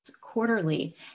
Quarterly